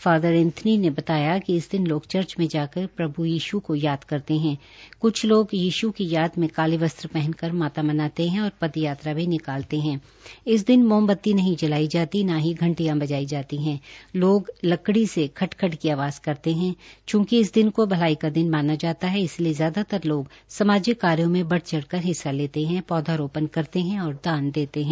father Anthony ने बताया की कि इस दिन लोग चर्च में जाकर प्रभू यीशू को याद करते हैं कुछ लोग यीशू की याद में काले वस्त्र पहनकर मातम मनाते हैं और पदयात्रा भी निकालते हैं इस दिन मोमवती नहीं जलाई जातीं और न ही घंटियां बजाई जाती हैं लोग लकड़ी से खटखट की आवाज करते हैं चूंकि इस दिन को भलाई का दिन माना जाता है इसलिए ज्यादातर लोग सामाजिक कार्यों में बढ़ चढ़कर हिस्सा लेते हैं पौधारोपण करते हैं और दान देते हैं